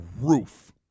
roof